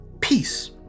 peace